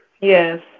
Yes